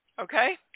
Okay